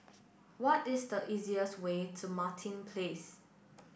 what is the easiest way to Martin Place